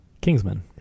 Kingsman